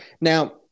Now